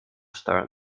stern